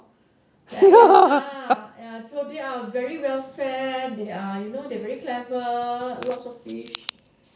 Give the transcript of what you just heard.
ah ah so they are very well fed they are you know they are very clever lots of fish